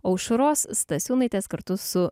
aušros stasiūnaitės kartu su